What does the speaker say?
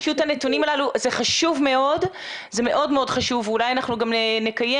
זה מאוד מאוד חשוב ואולי אנחנו גם נקיים